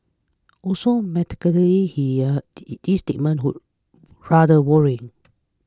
also mathematically here this rather worrying